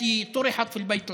ואומר בערבית: אשר הוגש בבית הלבן.)